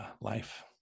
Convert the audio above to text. life